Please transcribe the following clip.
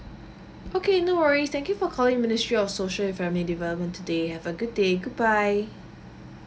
okay no worries thank you for calling ministry of social and family development today have a good day goodbye